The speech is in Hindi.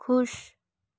ख़ुश